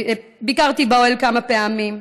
ביקרתי באוהל כמה פעמים,